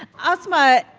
asma,